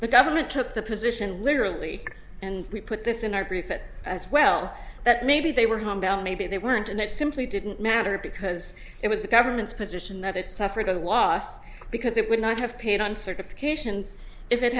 government took the position literally and we put this in our brief it as well that maybe they were humble maybe they weren't and that simply didn't matter because it was the government's position that it suffered a loss because it would not have paid on certifications if it